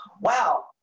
Wow